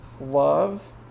love